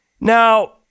Now